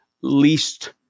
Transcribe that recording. least